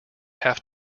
have